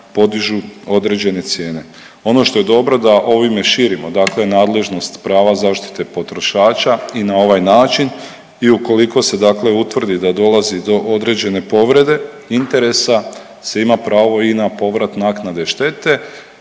podižu određene cijene. Ono što je dobro da ovime širimo dakle nadležnost prava zaštite potrošača i na ovaj način i ukoliko se dakle utvrdi da dolazi do određene povrede interesa se ima pravo i na povrat naknade štete